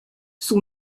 son